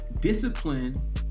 discipline